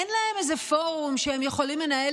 אין להם איזה פורום שהם יכולים לנהל